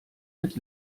mit